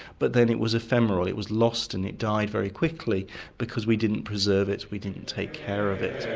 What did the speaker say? but then it was ephemeral, it was lost and died very quickly because we didn't preserve it, we didn't take care of it.